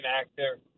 actor